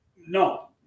No